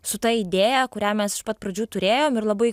su ta idėja kurią mes iš pat pradžių turėjom ir labai